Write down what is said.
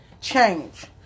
change